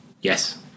Yes